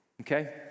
okay